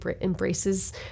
embraces